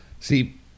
See